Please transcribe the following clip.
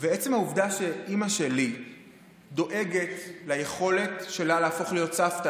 עצם העובדה שאימא שלי דואגת ליכולת שלה להפוך להיות סבתא,